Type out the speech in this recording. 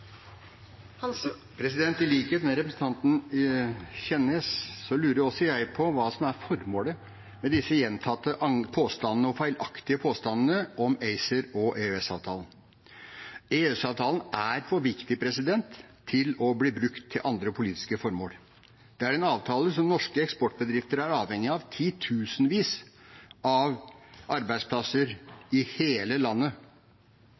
formålet med disse gjentatte feilaktige påstandene om ACER og EØS-avtalen. EØS-avtalen er for viktig til å bli brukt til andre politiske formål. Det er en avtale som norske eksportbedrifter er avhengig av – titusenvis av arbeidsplasser i hele landet.